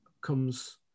comes